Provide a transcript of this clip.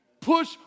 push